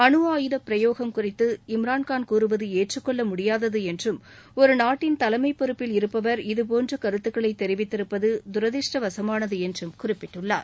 அனு ஆயுதம் பிரயோகம் குறித்து இம்ரான்கான் கூறுவது ஏற்றுக்கொள்ள முடியாதது என்றும் ஒரு நாட்டின் தலைமை பொறுப்பில் இருப்பவர் இதுபோன்ற கருத்துக்களை தெரிவித்திருப்பது துரதிஷ்டவசமானது என்று குறிப்பிட்டுள்ளார்